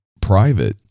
private